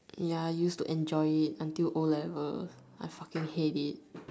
ya I use to enjoy it until O-level I fucking hate it